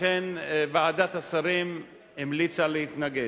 לכן ועדת השרים המליצה להתנגד.